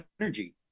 energy